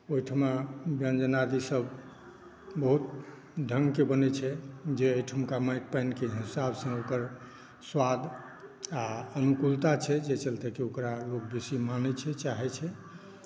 ओहिठमा व्यञ्जनादिसभ बहुत ढङ्गसँ बनैत छै जे एहिठुमका पानि माटिके हिसाबसँ ओकर स्वाद आओर अनुकूलता छै जे एहि चलते ओकरा लोक बेसी मानैत छै चाहैत छै